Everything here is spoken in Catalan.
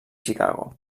chicago